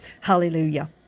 Hallelujah